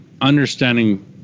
understanding